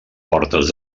portes